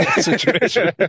situation